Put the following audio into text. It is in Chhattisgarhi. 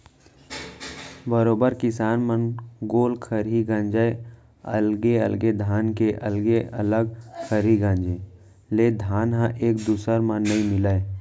बरोबर किसान मन गोल खरही गांजय अलगे अलगे धान के अलगे अलग खरही गांजे ले धान ह एक दूसर म नइ मिलय